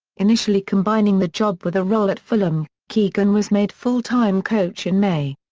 initially combining the job with a role at fulham, keegan was made full-time coach in may.